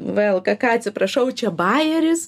vlkk atsiprašau čia bajeris